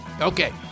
Okay